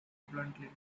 bluntly